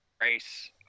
race